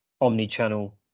omni-channel